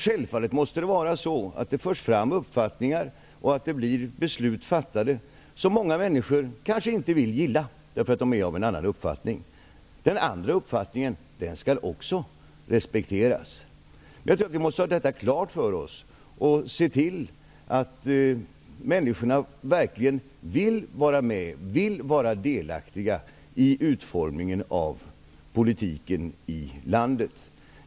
Självfallet måste det vara så att det förs fram uppfattningar och fattas beslut som många människor kanske inte vill gilla därför att de är av en annan uppfattning. Den andra uppfattningen skall också respekteras. Jag tror att vi måste ha detta klart för oss. Vi måste se till att människorna verkligen vill vara med och vara delaktiga i utformingen av politiken i landet.